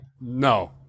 No